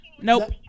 Nope